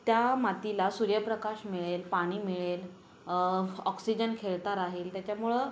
त्या मातीला सूर्यप्रकाश मिळेल पाणी मिळेल ऑक्सिजन खेळता राहील त्याच्यामुळं